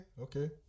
Okay